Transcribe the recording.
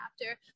chapter